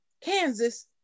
Kansas